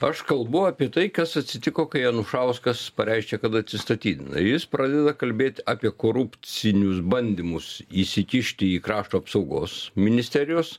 aš kalbu apie tai kas atsitiko kai anušauskas pareiškė kad atsistatydina jis pradeda kalbėti apie korupcinius bandymus įsikišti į krašto apsaugos ministerijos